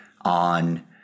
on